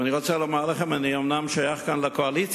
אני רוצה לומר לכם שאני אומנם שייך לקואליציה,